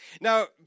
Now